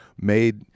made